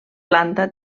planta